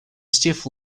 stiff